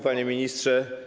Panie Ministrze!